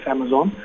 Amazon